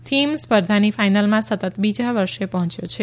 Thiem સ્પર્ધાની ફાઈનલમાં સતત બીજા વર્ષે પહોંચ્યો છે